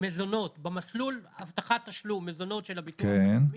מזונות במסלול הבטחת תשלום מזונות של הביטוח הלאומי,